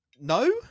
No